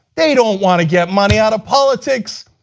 they don't want to get money out of politics,